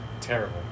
terrible